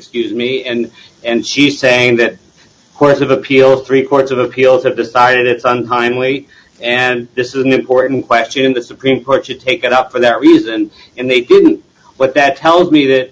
excuse me and and she's saying that whereas of appeal three courts of appeals have decided it's untimely and this is an important question the supreme court to take it up for that reason and they didn't but that tells me that